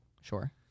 Sure